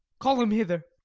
call him hither.